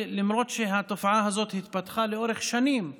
למרות שהתופעה הזו התפתחה לאורך שנים רבות,